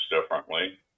differently